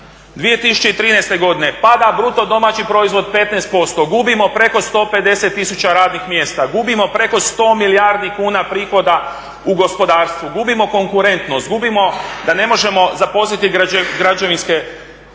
2013. godine pada BDP 15%, gubimo preko 150 tisuća radnih mjesta, gubimo preko 100 milijardi kuna prihoda u gospodarstvu, gubimo konkurentnost, gubimo da ne možemo zaposliti građevinske,